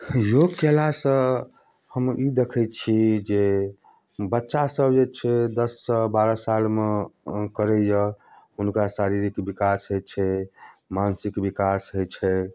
योग कयलासँ हम ई देखैत छियै जे बच्चासभ जे छै दससँ बारह सालमे करैए हुनका शारीरिक विकास होइ छै मानसिक विकास होइ छै